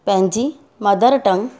पंहिंजी मदर टंग